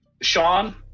Sean